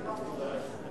כמעט חודשיים.